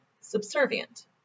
subservient